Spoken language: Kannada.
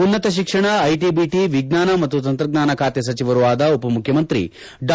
ಉನ್ನತ ಶಿಕ್ಷಣ ಐಟಿ ಬಿಟಿ ವಿಜ್ವಾನ ಮತ್ತು ತಂತ್ರಜ್ವಾನ ಬಾತೆ ಸಚಿವರೂ ಆದ ಉಪಮುಖ್ಯಮಂತ್ರಿ ಡಾ